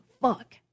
Fuck